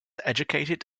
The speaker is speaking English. educated